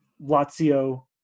Lazio